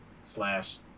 slash